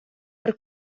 per